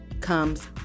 comes